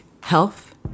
health